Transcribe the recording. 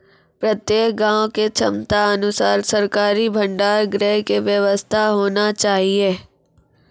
प्रत्येक गाँव के क्षमता अनुसार सरकारी भंडार गृह के व्यवस्था होना चाहिए?